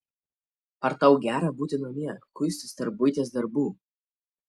ar tau gera būti namie kuistis tarp buities darbų